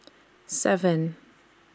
seven